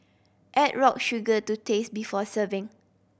add rock sugar to taste before serving